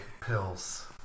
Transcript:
pills